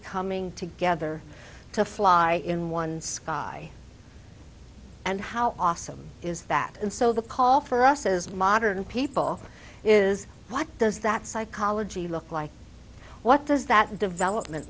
coming together to fly in one sky and how awesome is that and so the call for us as modern people is what does that psychology look like what does that development